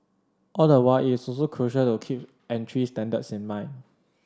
all the while it is also crucial to keep entry standards in mind